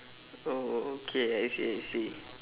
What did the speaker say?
oh okay I see I see